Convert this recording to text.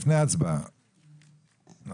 לפני ההצבעה, נכון?